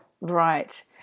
Right